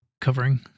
covering